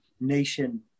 nation